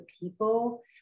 people